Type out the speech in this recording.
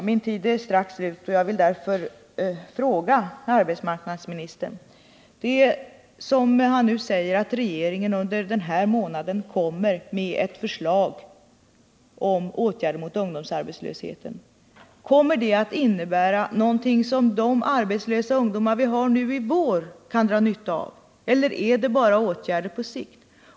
Min tid är strax slut. Jag vill därför fråga arbetsmarknadsministern, som i svaret säger att regeringen den här månaden kommer med ett förslag om åtgärder mot ungdomsarbetslösheten: Blir det någonting som de ungdomar som är arbetslösa nu i vår kan dra nytta av? Eller är det bara åtgärder på sikt?